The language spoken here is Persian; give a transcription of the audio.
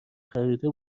خریده